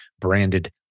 branded